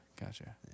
Gotcha